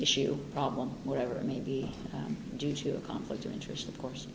issue problem whatever it may be due to a conflict of interest of course